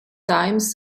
times